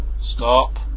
Stop